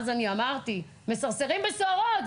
אז אני אמרתי: "מסרסרים בסוהרות",